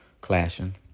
clashing